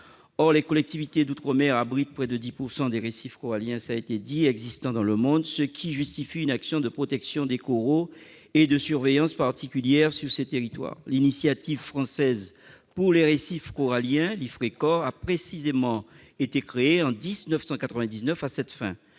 Or les collectivités d'outre-mer abritent près de 10 % des récifs coralliens existant dans le monde, ce qui justifie une action de protection des coraux et de surveillance particulière dans ces territoires. L'initiative française pour les récifs coralliens, l'Ifrecor, a précisément été lancée en 1999 à cette fin.